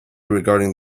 regarding